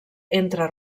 entre